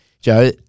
Joe